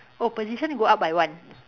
oh position go up by one